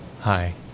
Hi